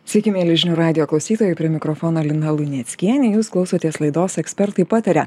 sveiki mieli žinių radijo klausytojai prie mikrofono lina luneckienė jūs klausotės laidos ekspertai pataria